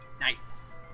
Nice